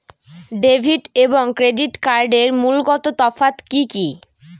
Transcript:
Debit এবং credit কার্ডের মূলগত তফাত কি কী?